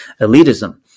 elitism